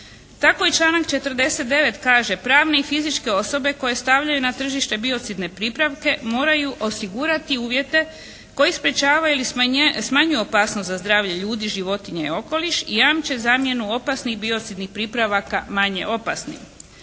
Tako i članak 49. kaže: «Pravne i fizičke osobe koje stavljaju na tržište biocidne pripravke moraju osigurati uvjete koji sprečavaju ili smanjuju opasnost za zdravlje ljudi, životinje i okoliš i jamče zamjenu opasnih biocidnih pripravaka manje opasnih.